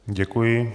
Děkuji.